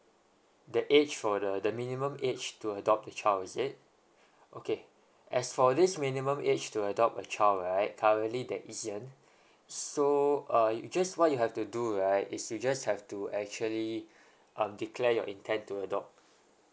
the age for the the minimum age to adopt the child is it okay as for this minimum age to adopt a child right currently there isn't so uh you just what you have to do right is you just have to actually um declare your intent to adopt